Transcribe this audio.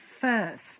first